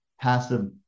passive